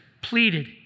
pleaded